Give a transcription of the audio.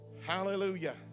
Hallelujah